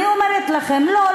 אני אומרת לכם: לא,